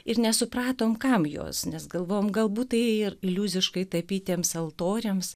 ir nesupratom kam jos nes galvojom galbūt tai ir iliuziškai tapytiems altoriams